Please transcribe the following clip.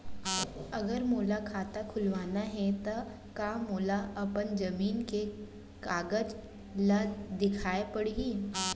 अगर मोला खाता खुलवाना हे त का मोला अपन जमीन के कागज ला दिखएल पढही?